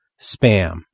spam